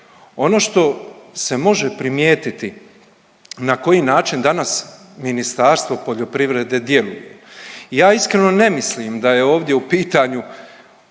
ono što se može primijetiti na koji način danas Ministarstvo poljoprivrede djeluje, ja iskreno ne mislim da je ovdje u pitanju